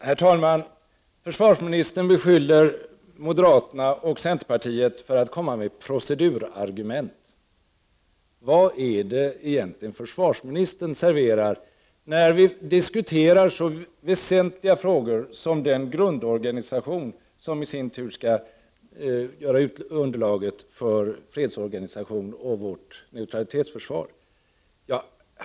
Herr talman! Försvarsministern beskyller moderaterna och centerpartiet — 14 december 1989 för att komma med procedurargument. Vad är det egentligen försvarsminis: AA tern serverar när vi diskuterar så väsentliga frågor som den grundorganisation som i sin tur skall utgöra underlaget för fredsorganisationen och vårt neutralitetsförsvar?